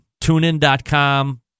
TuneIn.com